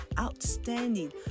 outstanding